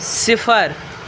صِفر